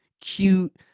cute